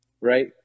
right